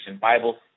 Bible